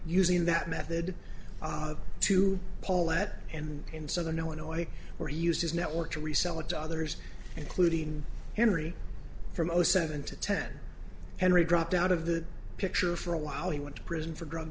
using that method to paulette and in southern illinois where he used his network to resell it to others including henry from zero seven to ten henry dropped out of the picture for a while he went to prison for drug